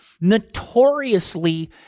notoriously